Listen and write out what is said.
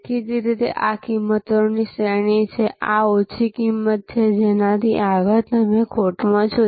દેખીતી રીતે આ કિંમતોની શ્રેણી છે આ ઓછી કિંમત છે જેનાથી આગળ તમે ખોટમાં છો